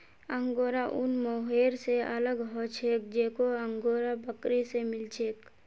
angora ऊन mohair स अलग ह छेक जेको अंगोरा बकरी स मिल छेक